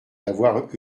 d’avoir